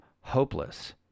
hopeless